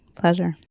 Pleasure